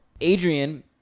Adrian